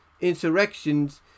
insurrections